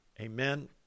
Amen